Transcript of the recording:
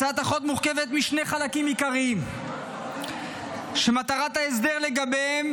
הצעת החוק מורכבת משני חלקים עיקריים שמטרת ההסדר לגביהם